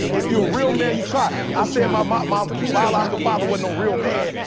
if you're a real man, you try i said my mom mom biological father was no real man.